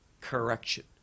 correction